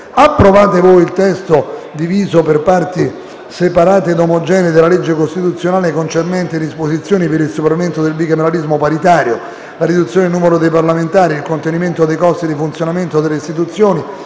«Approvate voi il testo, diviso per parti separate e omogenee, della legge costituzionale concernente "Disposizioni per il superamento dei bicameralismo paritario, la riduzione dei numero dei parlamentari, il contenimento dei costi di funzionamento delle istituzioni,